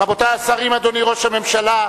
רבותי השרים, אדוני ראש הממשלה,